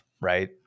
right